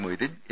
Moideen A